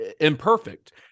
imperfect